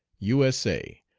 u s a,